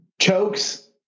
Chokes